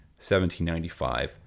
1795